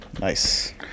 Nice